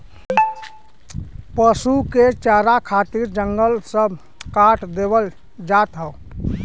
पसु के चारा खातिर जंगल सब काट देवल जात हौ